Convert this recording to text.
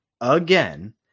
again